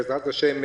בעזרת השם,